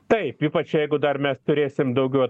taip ypač jeigu dar mes turėsim daugiau